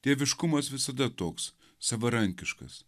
dieviškumas visada toks savarankiškas